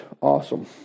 Awesome